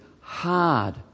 hard